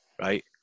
right